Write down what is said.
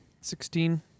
Sixteen